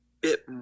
bit